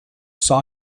saw